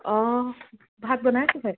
অঁ ভাত বনাই